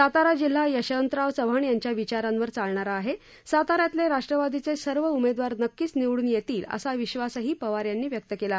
सातारा जिल्हा यशवंतराव चव्हाण यांच्या विचारांवर चालणारा आहे साताऱ्यातले राष्ट्रवादीचे सर्व उमेदवार नक्कीच निवडून येतील असा विश्वासही पवार यांनी व्यक्त केला